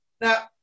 Now